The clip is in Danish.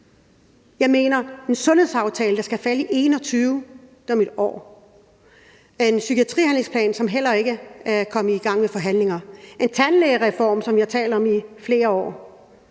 Der er en sundhedsaftale, der skal laves i 2021 – om 1 år – og der er en psykiatrihandlingsplan, som man heller ikke er kommet i gang med at forhandle om, og der er en tandlægereform, som vi har talt om i flere år.